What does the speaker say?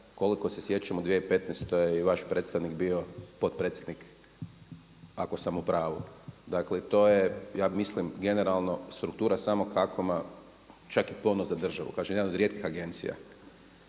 Koliko se sjećam u 2015. je i vaš predstavnik bio potpredsjednik ako sam u pravu. Dakle to je ja mislim generalno struktura samog HAKOM-a čak i ponos za državu, kažem jedna od rijetkih agencija.